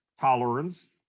tolerance